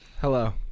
Hello